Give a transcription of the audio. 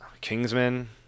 Kingsman